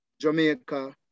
Jamaica